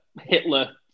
Hitler